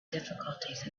difficulties